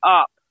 up